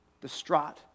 distraught